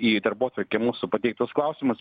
į darbotvarkę mūsų pateiktus klausimus